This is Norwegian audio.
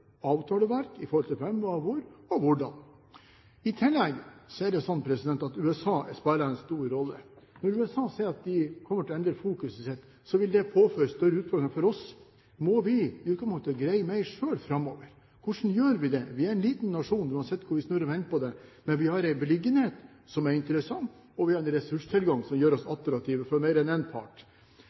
avtaleverk i forhold til hvem, hva, hvor og hvordan. I tillegg er det sånn at USA spiller en stor rolle. Når USA sier at de kommer til å endre fokuset sitt, vil det påføre større utfordringer for oss. Må vi i utgangspunktet greie mer selv framover? Hvordan gjør vi det? Vi er en liten nasjon, uansett hvordan vi snur og vender på det, men vi har en beliggenhet som er interessant, og vi har en ressurstilgang som gjør oss attraktive for mer enn én part.